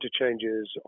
interchanges